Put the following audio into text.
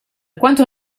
quanto